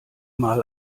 mal